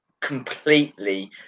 completely